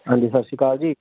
ਹਾਂਜੀ ਸਤਿ ਸ਼੍ਰੀ ਅਕਾਲ ਜੀ